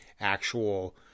actual